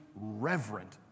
reverent